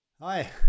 Hi